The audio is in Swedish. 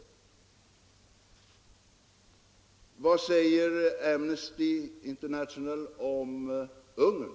Men vad säger Amnesty International om Ungern?